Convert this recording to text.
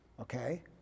okay